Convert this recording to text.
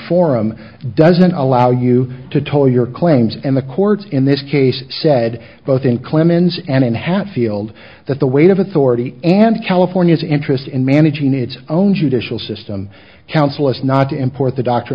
forum doesn't allow you to toe your claims and the courts in this case said both in clemens and in hatfield that the weight of authority and california's interest in managing its own judicial system counsel is not to import the doct